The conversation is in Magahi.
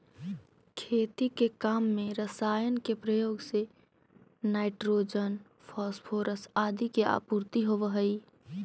खेती के काम में रसायन के प्रयोग से नाइट्रोजन, फॉस्फोरस आदि के आपूर्ति होवऽ हई